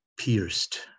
Pierced